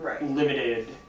Limited